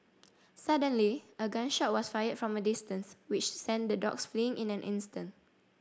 suddenly a gun shot was fired from a distance which sent the dogs fleeing in an instant